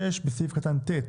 בסעיף קטן (ט),